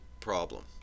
problem